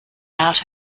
out